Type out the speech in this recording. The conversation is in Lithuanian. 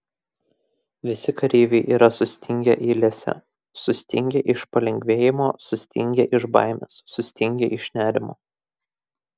visi kareiviai yra sustingę eilėse sutingę iš palengvėjimo sustingę iš baimės sustingę iš nerimo